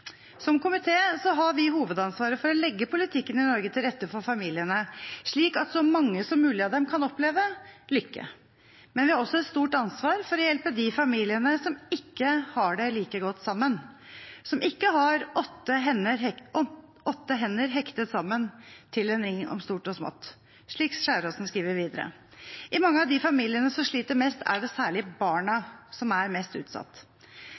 slik at så mange som mulig av dem kan oppleve lykke, men vi har også et stort ansvar for å hjelpe de familiene som ikke har det like godt sammen, som ikke har «åtte hender hektet sammen til en ring om stort og smått», slik Skjæraasen skriver videre i diktet sitt. I mange av de familiene som sliter mest, er det særlig barna som er mest utsatt.